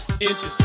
inches